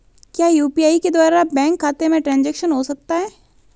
क्या यू.पी.आई के द्वारा बैंक खाते में ट्रैन्ज़ैक्शन हो सकता है?